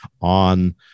On